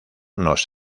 nos